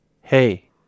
hey